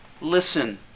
Listen